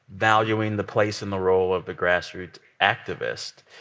valuing the place and the role of the grass-roots activist.